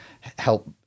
help